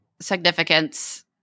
significance